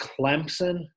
Clemson